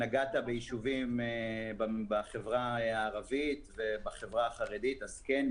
נגעת בישובים בחברה הערבית ובחברה החרדי כן,